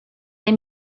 they